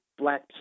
black